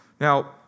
Now